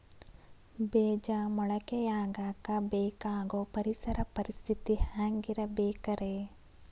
ಬೇಜ ಮೊಳಕೆಯಾಗಕ ಬೇಕಾಗೋ ಪರಿಸರ ಪರಿಸ್ಥಿತಿ ಹ್ಯಾಂಗಿರಬೇಕರೇ?